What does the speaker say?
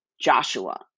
Joshua